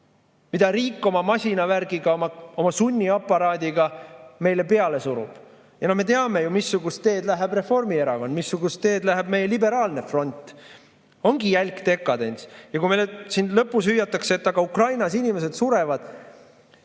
mida riik oma masinavärgiga, oma sunniaparaadiga meile peale surub.Me teame, missugust teed läheb Reformierakond, missugust teed läheb meie liberaalne front. Ongi jälk dekadents. Ja kui nüüd siin lõpus hüütakse, et aga Ukrainas inimesed surevad ...